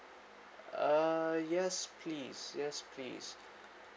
uh yes please yes please